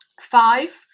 five